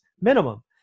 minimum